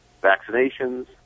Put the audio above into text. vaccinations